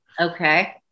Okay